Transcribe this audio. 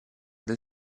del